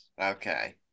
Okay